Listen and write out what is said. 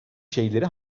şeyleri